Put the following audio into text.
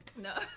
No